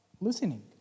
listening